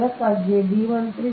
ಅಂದರೆ ಅದಕ್ಕಾಗಿಯೇ D 13